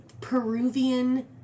Peruvian